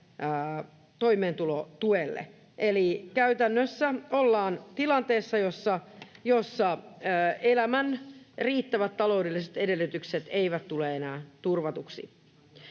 toimeentulotuelle, eli käytännössä ollaan tilanteessa, jossa elämän riittävät taloudelliset edellytykset eivät tule enää turvatuksi.